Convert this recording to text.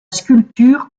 sculpture